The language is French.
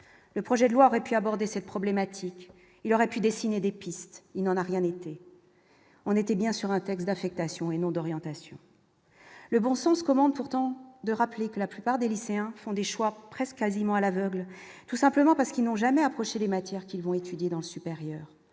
le projet de Loire et puis aborder cette problématique, il aurait pu dessiner des pistes, il n'en a rien été, on était bien sûr un texte d'affectation et non d'orientation. Le bon sens commande pourtant de rappeler que la plupart des lycéens font des choix presque quasiment à l'aveugle, tout simplement parce qu'ils n'ont jamais approché les matières qu'ils vont étudier dans le supérieur,